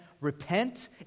Repent